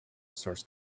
source